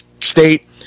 State